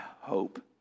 hope